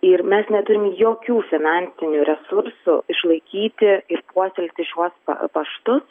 ir mes neturim jokių finansinių resursų išlaikyti ir puoselėti šiuos pa paštus